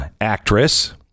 actress